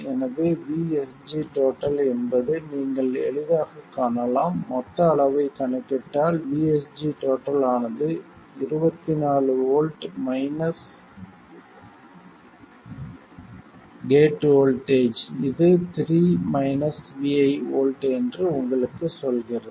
எனவே VSG என்பது நீங்கள் எளிதாகக் காணலாம் மொத்த அளவைக் கணக்கிட்டால் VSG ஆனது 24 வோல்ட் கேட் வோல்ட்டேஜ் இது 3 vi வோல்ட் என்று உங்களுக்குச் சொல்கிறது